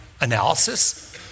analysis